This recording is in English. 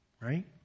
right